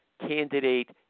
candidate